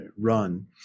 run